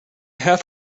half